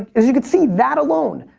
as you can see that alone.